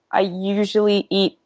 i usually eat,